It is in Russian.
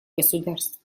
государств